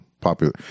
popular